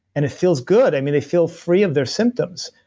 and it feels good. they feel free of their symptoms,